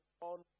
on